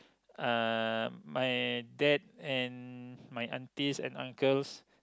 uh my dad and my aunties and uncles